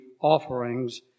offerings